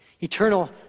eternal